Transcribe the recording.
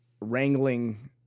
wrangling